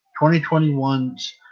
2021's